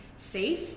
safe